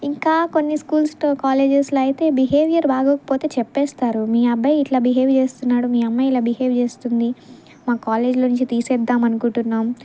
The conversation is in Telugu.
ఇంకా కొన్ని స్కూల్స్లో కాలేజెస్లో అయితే బిహేవియర్ బాగోలేకపోతే చెప్పేస్తారు మీ అబ్బాయి ఇట్లా బిహేవ్ చేస్తున్నాడు మీ అమ్మాయి ఇలా బిహేవ్ చేస్తుంది మా కాలేజ్లో నుంచి తీసేద్దాము అనుకుంటున్నాము